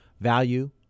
value